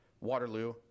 waterloo